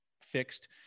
fixed